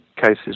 cases